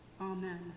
Amen